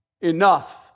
Enough